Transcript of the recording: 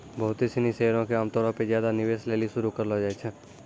बहुते सिनी शेयरो के आमतौरो पे ज्यादे निवेश लेली शुरू करलो जाय छै